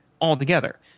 altogether